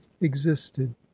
existed